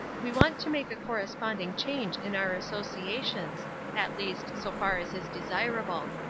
we want to make a corresponding change in our associations at least, so far as is desirable.